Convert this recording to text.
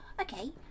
Okay